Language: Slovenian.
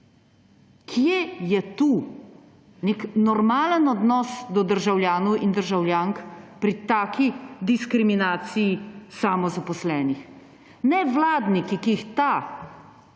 Kje je tu nek normalen odnos do državljanov in državljank pri taki diskriminaciji samozaposlenih? Nevladniki, ki jih ta